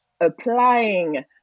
applying